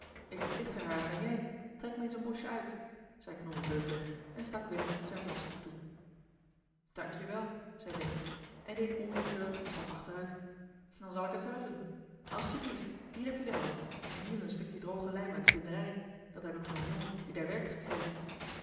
ik heb lichter haren dan jij trek me eens een bosje uit zei knol leukweg en stak willem zijn vlaskop toe dank je wel zei deze en deed onwillekeurig een stap achteruit dan zal ik het zelf doen als t je blieft hier heb jij de helft en hier is een stukje droge lijm uit de binderij dat heb ik van een jongen die daar werkt gekregen